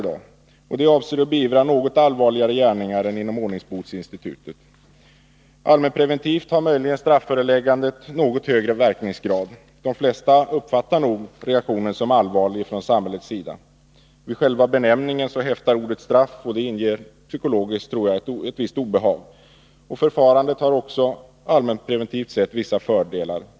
Detta är avsett att beivra något allvarligare gärningar än sådana som omfattas av ordningsbotsinstitutet. Allmänpreventivt har strafföreläggandet möjligen något högre verkningsgrad. De flesta uppfattar nog reaktionen som allvarlig från samhällets sida. Vid själva benämningen häftar ordet straff, och det ger psykologiskt ett visst obehag. Förfarandet har också allmänpreventivt vissa fördelar.